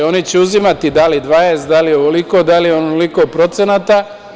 Oni će uzimati da li 20%, da li ovoliko, da li onoliko procenata.